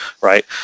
right